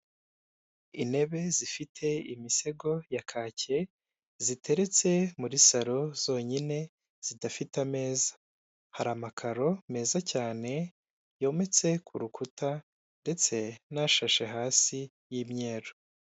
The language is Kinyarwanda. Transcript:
Intebe zifite imisego ya kake ziteretse muri saro zonyine zidafite ameza, hari amakaro meza cyane yometse ku rukuta ndetse n'ashashe hasi y'imyeru.